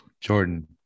Jordan